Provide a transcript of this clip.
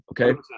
Okay